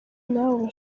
n’abo